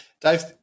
Dave